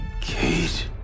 Kate